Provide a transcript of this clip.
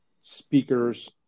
speakers